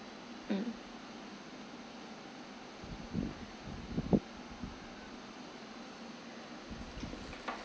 mm